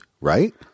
right